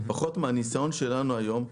לפחות מהניסיון שלנו היום,